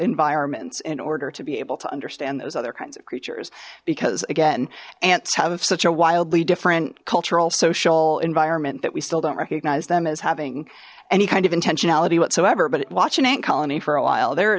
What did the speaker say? environments in order to be able to understand those other kinds of creatures because again ants have such a wildly different cultural social environment that we still don't recognize them as having any kind of intentionality whatsoever but watch an ant colony for a while they're